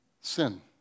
sin